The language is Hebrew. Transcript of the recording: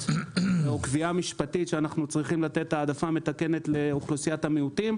קביעה משפטית שאנחנו צריכים לתת העדפה מתקנת לאוכלוסיית המיעוטים,